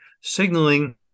signaling